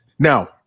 Now